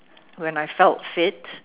when I felt fit